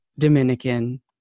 Dominican